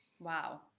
Wow